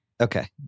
Okay